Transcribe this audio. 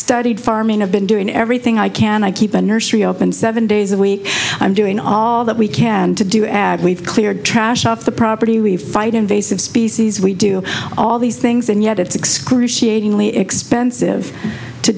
studied farming i've been doing everything i can i keep the nursery open seven days a week i'm doing all that we can to do add we've cleared trash off the property we fight invasive species we do all these things and yet it's excruciatingly expensive to